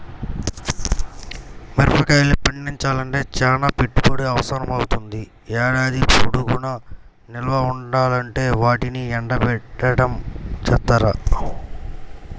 మిరగాయలు పండించాలంటే చానా పెట్టుబడి అవసరమవ్వుద్ది, ఏడాది పొడుగునా నిల్వ ఉండాలంటే వాటిని ఎండబెట్టడం జేత్తారు